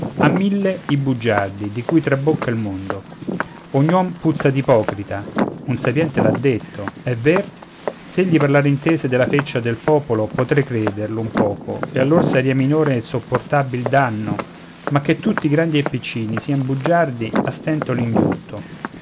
a mille i bugiardi di cui trabocca il mondo ogni uom puzza d'ipocrita un sapiente l'ha detto e ver s'egli parlar intese della feccia del popolo potrei crederlo un poco e allor saria minore e sopportabil danno ma che tutti grandi e piccini sian bugiardi a stento l'inghiotto